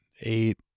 eight